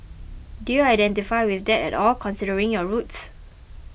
do you identify with that at all considering your roots